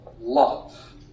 love